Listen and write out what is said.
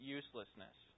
uselessness